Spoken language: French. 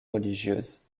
religieuse